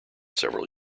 several